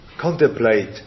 contemplate